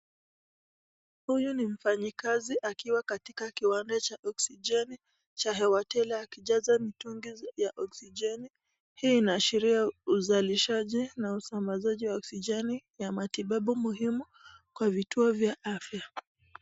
Huyu ni mfanyakazi akiwa katika kiwanda cha oksijeni cha hewa tele akijaza mitungi ya oksijeni. Hii inaashiria uzalishaji na usambazaji wa oksijeni ya matibabu muhimu kwa vituo vya afya.